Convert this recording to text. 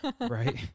right